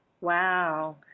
Wow